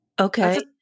Okay